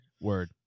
Word